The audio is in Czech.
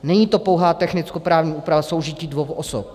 Není to pouhá technickoprávní úprava soužití dvou osob.